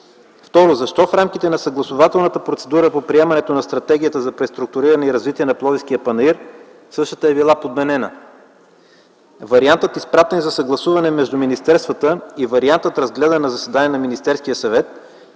Второ, защо в рамките на съгласувателната процедура по приемането на Стратегията за преструктуриране и развитие на Пловдивския панаир същата е била подменена? Вариантът, изпратен за съгласуване между министерствата, се различава от варианта, разгледан на заседание на Министерския съвет,